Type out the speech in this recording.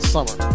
Summer